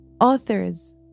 authors